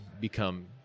become